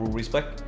respect